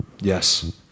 yes